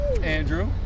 Andrew